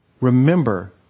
remember